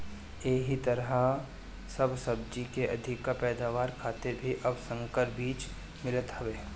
एही तरहे सब सब्जी के अधिका पैदावार खातिर भी अब संकर बीज मिलत हवे